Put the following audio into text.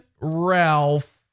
Ralph